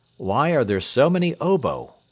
why are there so many obo?